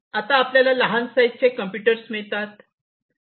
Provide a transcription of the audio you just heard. आता आपल्याला लहान साईज चे कम्प्युटर्स मिळतात